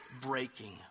breaking